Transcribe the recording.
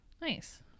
nice